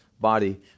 body